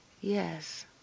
Yes